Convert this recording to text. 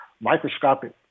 microscopic